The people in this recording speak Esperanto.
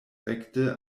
rekte